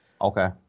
Okay